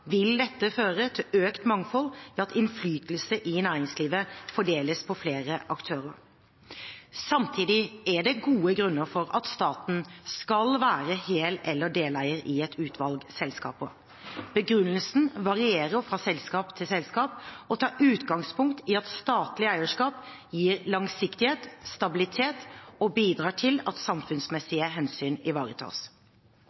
vil føre til økt mangfold ved at innflytelse i næringslivet fordeles på flere aktører. Samtidig er det gode grunner til at staten skal være hel- eller deleier i et utvalg selskaper. Begrunnelsen varierer fra selskap til selskap og tar utgangspunkt i at statlig eierskap gir langsiktighet og stabilitet og bidrar til at samfunnsmessige hensyn ivaretas.